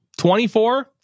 24